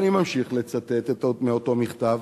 אני ממשיך לצטט מאותו מכתב: